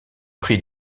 prix